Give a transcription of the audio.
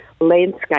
landscape